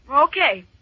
Okay